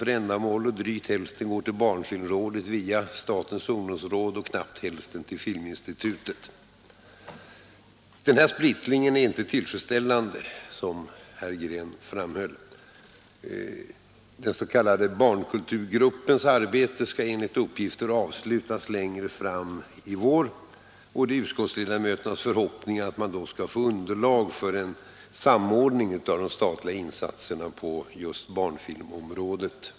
för ändamålet, och drygt hälften går till barnfilmrådet via statens ungdomsråd och knappt hälften till Filminstitutet. Den här splittringen är inte tillfredsställande, som också herr Green framhöll. Den s.k. barnkulturgruppens arbete skall enligt uppgifter avslutas längre fram i vår. Det är utskottsledamöternas förhoppning att man då skall få underlag för en samordning av de statliga insatserna på just barnfilmområdet.